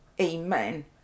Amen